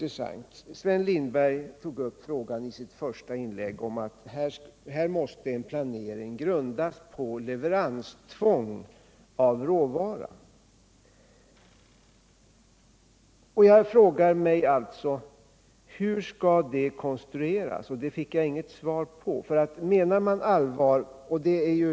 Sven Lindberg sade i sitt första inlägg att en planering måste grundas på leveranstvång i fråga om råvara. Jag ställde alltså frågan: Hur skall det konstrueras? Den fick jag inget svar på.